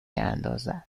اندازد